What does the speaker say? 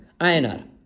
INR